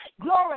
glory